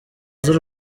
z’u